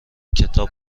کتاب